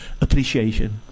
appreciation